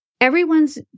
everyone's